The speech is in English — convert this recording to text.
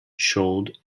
showed